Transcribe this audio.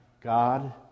God